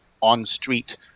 on-street